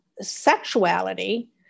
sexuality